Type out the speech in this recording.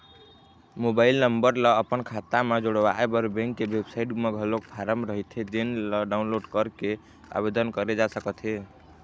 mobile number ल अपन खाता म जोड़वाए बर बेंक के बेबसाइट म घलोक फारम रहिथे जेन ल डाउनलोड करके आबेदन करे जा सकत हे